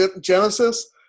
Genesis